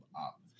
up